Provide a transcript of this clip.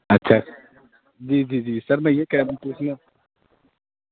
اچھا جی جی جی سر میں یہ کہنا پوچھنا